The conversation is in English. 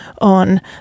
on